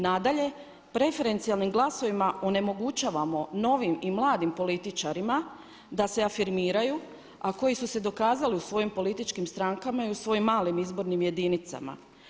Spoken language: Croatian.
Nadalje, preferencijalnim glasovima onemogućavamo novim i mladim političarima da se afirmiraju a koji su se dokazali u svojim političkim strankama i u svojim malim izbornim jedinicama.